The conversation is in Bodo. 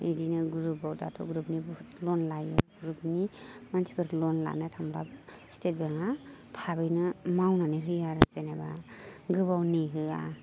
बिदिनो ग्रुपआव दाथ' ग्रुपनि बहुत लन लायो ग्रुपनि मानिसफोर लन लानो थांबाबो स्टेट बेंकआ थाबैनो मावनानै होयो आरो जेनेबा गोबाव नेहोआ